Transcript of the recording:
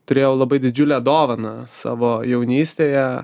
turėjau labai didžiulę dovaną savo jaunystėje